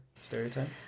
Stereotype